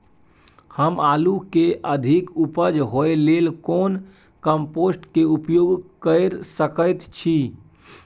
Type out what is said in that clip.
हम आलू के अधिक उपज होय लेल कोन कम्पोस्ट के उपयोग कैर सकेत छी?